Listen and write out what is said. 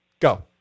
Go